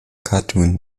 cartoon